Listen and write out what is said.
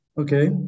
Okay